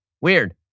weird